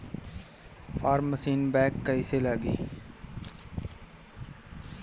Form machine बैक कईसे लागी?